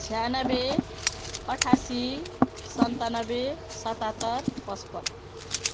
छ्यानब्बे अठास्सी सन्तानब्बे सतात्तर पच्पन्न